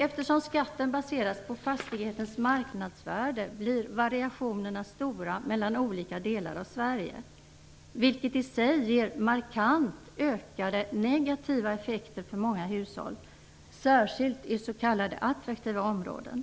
Eftersom skatten baseras på fastighetens marknadsvärde blir variationerna dock stora mellan olika delar av Sverige, vilket i sig ger markant ökade negativa effekter för många hushåll, särskilt i s.k. attraktiva områden.